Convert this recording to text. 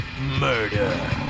Murder